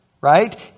right